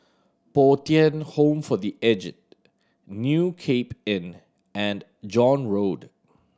Bo Tien Home for The Aged New Cape Inn and John Road